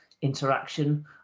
interaction